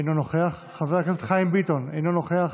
אינו נוכח, חבר הכנסת חיים ביטון, אינו נוכח.